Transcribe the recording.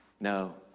No